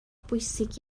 bwysig